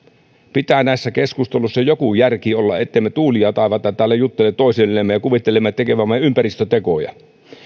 pitää näissä keskusteluissa joku järki olla ettemme me tuulia ja taivaita täällä juttele toisillemme ja kuvittele tekevämme ympäristötekoja